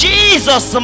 Jesus